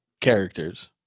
characters